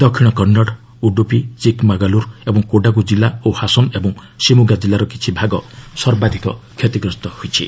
ଦକ୍ଷିଣ କନ୍ଦଡ୍ ଉଡ଼ୁପି ଚିକ୍ମାଗାଲୁର୍ ଏବଂ କୋଡାଗୁ କିଲ୍ଲା ଓ ହାସନ୍ ଏବଂ ସିମୁଗା ଜିଲ୍ଲାର କିଛି ଭାଗ ସର୍ବାଧିକ କ୍ଷତିଗ୍ରସ୍ତ ହୋଇଛି